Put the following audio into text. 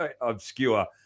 obscure